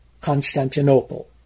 Constantinople